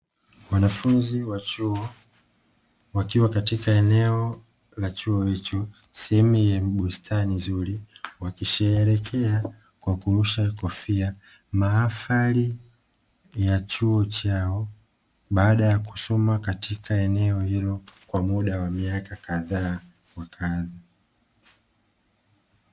Wanafunzi wa chuo wakiwa katika eneo la chuo hicho sehemu yenye bustani nzuri, wakisherehekea kwa kurusha kofia mahafali ya chuo chao baada ya kusoma katika eneo hilo kwa muda wa miaka kadhaa wa kadha.